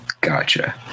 gotcha